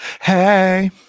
Hey